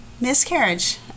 miscarriage